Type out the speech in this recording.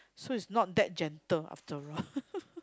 so it's not that gentle after all